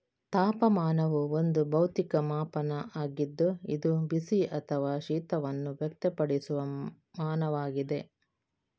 ತಾಪಮಾನವು ಒಂದು ಭೌತಿಕ ಮಾಪನ ಆಗಿದ್ದು ಇದು ಬಿಸಿ ಅಥವಾ ಶೀತವನ್ನು ವ್ಯಕ್ತಪಡಿಸುವ ಮಾನವಾಗಿದೆ